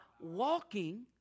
walking